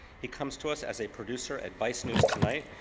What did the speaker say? he comes to us as a producer at vice news tonight,